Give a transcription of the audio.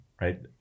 right